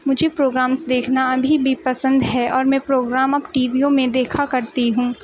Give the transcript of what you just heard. مجھے پروگرامس دیکھنا ابھی بھی پسند ہے اور میں پروگرام اب ٹی ویوں میں دیکھا کرتی ہوں